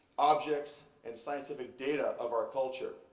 objects, and scientific data of our culture.